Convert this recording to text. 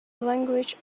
language